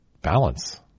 balance